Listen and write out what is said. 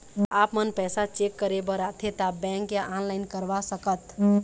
आपमन पैसा चेक करे बार आथे ता बैंक या ऑनलाइन करवा सकत?